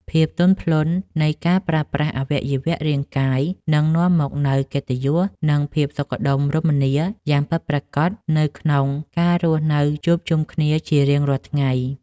ភាពទន់ភ្លន់នៃការប្រើប្រាស់អវយវៈរាងកាយនឹងនាំមកនូវកិត្តិយស និង ភាពសុខដុមរមនាយ៉ាងពិតប្រាកដនៅក្នុងការរស់នៅជួបជុំគ្នាជារៀងរាល់ថ្ងៃ។